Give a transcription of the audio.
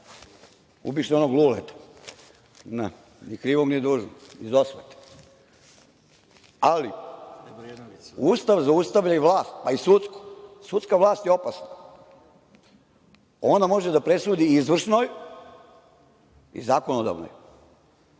Ubiše onog Luleta, ni krivog, ni dužnog, iz osvete. Ali, Ustav zaustavlja i vlast, pa i sudsku. Sudska vlast je opasna. Ona može da presudi izvršnoj i zakonodavnoj. Pravosuđe